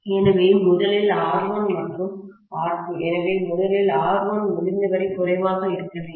எனவே முதலில் R1 மற்றும் R2 எனவே முதலில் R1 முடிந்தவரை குறைவாக இருக்க வேண்டும்